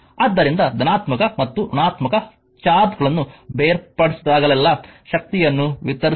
ಆದ್ದರಿಂದ ಧನಾತ್ಮಕ ಮತ್ತು ಋಣಾತ್ಮಕ ಚಾರ್ಜ್ಗಳನ್ನು ಬೇರ್ಪಡಿಸಿದಾಗಲೆಲ್ಲಾ ಶಕ್ತಿಯನ್ನು ವಿಸ್ತರಿಸಲಾಗುತ್ತದೆ